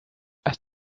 has